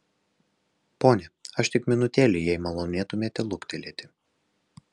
pone aš tik minutėlę jei malonėtumėte luktelėti